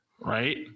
Right